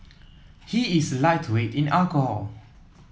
he is a lightweight in alcohol